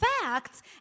facts